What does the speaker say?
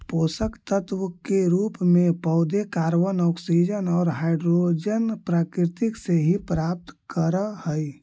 पोषकतत्व के रूप में पौधे कॉर्बन, ऑक्सीजन और हाइड्रोजन प्रकृति से ही प्राप्त करअ हई